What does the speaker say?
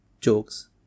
jokes